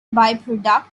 byproduct